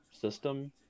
system